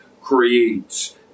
creates